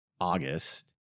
August